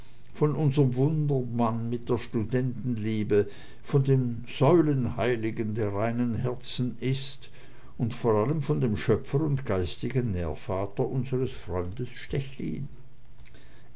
von unserm wundermann mit der studentenliebe von dem säulenheiligen der reinen herzens ist und vor allem von dem schöpfer und geistigen nährvater unsers freundes